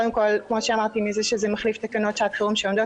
משרד האוצר, לילי אור.